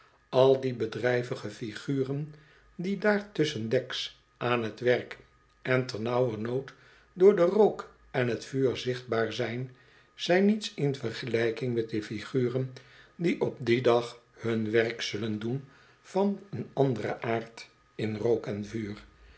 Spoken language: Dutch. al die bedrijvige figuren die daar tusschendeks aan t werk en ternauwernood door den rook en t vuur zichtbaar zijn zijn niets in vergelijking met de figuren die op dien dag hun werk zullen doen van oen anderen aard in rook en vuur